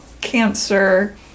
cancer